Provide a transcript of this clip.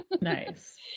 Nice